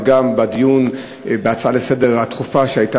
וגם בדיון בהצעה הדחופה לסדר-היום שהייתה